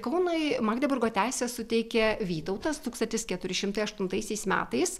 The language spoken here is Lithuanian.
kaunui magdeburgo teisę suteikė vytautas tūkstantis keturi šimtai aštuntaisiais metais